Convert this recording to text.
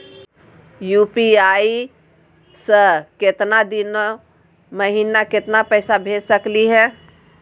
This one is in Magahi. यू.पी.आई स एक दिनो महिना केतना पैसा भेज सकली हे?